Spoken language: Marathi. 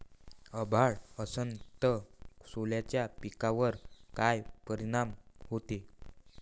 अभाळ असन तं सोल्याच्या पिकावर काय परिनाम व्हते?